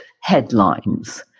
headlines